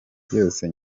byose